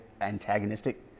antagonistic